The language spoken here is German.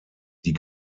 die